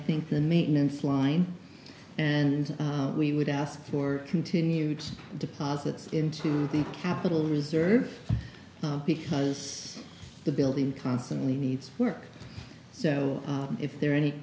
think the maintenance line and we would ask for continued deposits into the capital reserve because the building constantly needs work so if there a